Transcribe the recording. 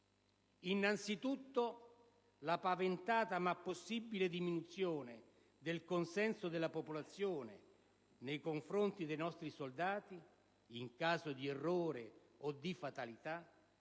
Innanzitutto, la paventata ma possibile diminuzione del consenso della popolazione nei confronti dei nostri soldati, in caso di errore o di fatalità,